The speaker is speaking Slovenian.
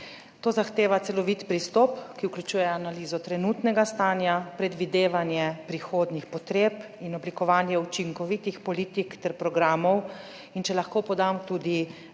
To zahteva celovit pristop, ki vključuje analizo trenutnega stanja, predvidevanje prihodnjih potreb in oblikovanje učinkovitih politik ter programov. Če lahko podam tudi